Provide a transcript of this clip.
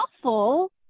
awful